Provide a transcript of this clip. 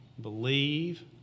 believe